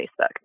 Facebook